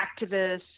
activists